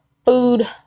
Food